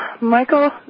Michael